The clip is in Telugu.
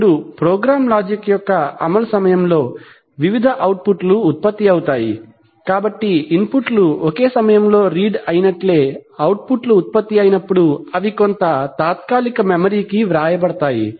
ఇప్పుడు ప్రోగ్రామ్ లాజిక్ యొక్క అమలు సమయంలో వివిధ అవుట్పుట్ లు ఉత్పత్తి అవుతాయి కాబట్టి ఇన్పుట్ లు ఒకే సమయంలో రీడ్ అయినట్లే అవుట్పుట్ లు ఉత్పత్తి అయినప్పుడు అవి కొంత తాత్కాలిక మెమరీ కి వ్రాయబడతాయి